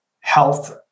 health